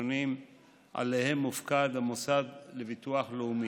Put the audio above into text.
השונים שעליהם מופקד המוסד לביטוח לאומי.